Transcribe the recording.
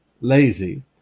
lazy